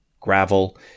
gravel